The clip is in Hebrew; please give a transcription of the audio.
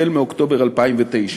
מאוקטובר 2009,